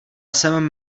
jsem